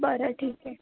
बरं ठीक आहे